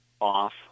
off